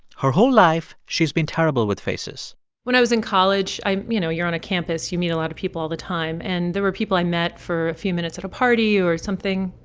her whole life she's been terrible with faces when i was in college, i, you know, you're on a campus, you meet a lot of people all the time. and there were people i met for a few minutes at a party or something,